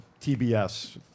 TBS